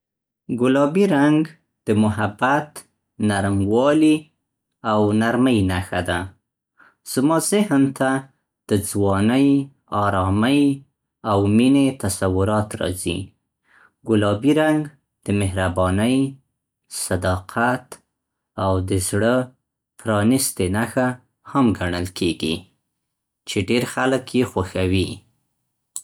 ګلابي رنګ د محبت، نرموالي او نرمۍ نښه ده. زما ذهن ته د ځوانۍ، ارامۍ او مینې تصورات راځي. ګلابي رنګ د مهربانۍ، صداقت او د زړه پرانستې نښه هم ګڼل کېږي چې ډېر خلک يې خوښوي.